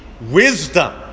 wisdom